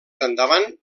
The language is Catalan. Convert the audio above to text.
endavant